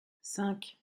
cinq